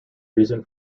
reason